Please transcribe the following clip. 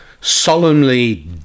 solemnly